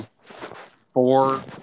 four